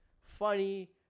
funny